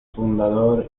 fundador